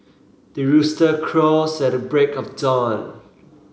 the rooster crows at the break of dawn